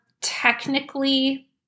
technically